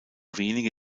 wenige